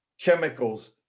chemicals